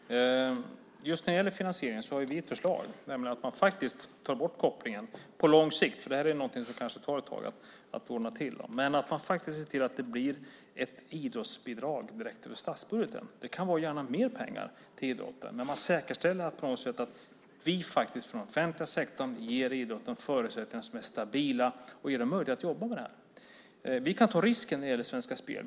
Fru talman! Just när det gäller finansiering har vi ett förslag, nämligen att man faktiskt tar bort kopplingen - på lång sikt. För det här är något som det kanske tar ett tag att ordna till. Men det handlar om att man ser till att det blir ett idrottsbidrag direkt över statsbudgeten. Det kan gärna vara mer pengar till idrotten, men man säkerställer att vi från den offentliga sektorn ger idrotten förutsättningar som är stabila och ger den möjlighet att jobba med det. Vi kan ta risken när det gäller Svenska Spel.